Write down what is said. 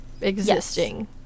existing